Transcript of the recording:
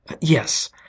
Yes